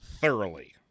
thoroughly